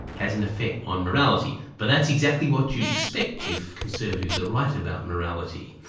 has an effect on morality. but that's exactly what you'd expect if conservatives are right about morality,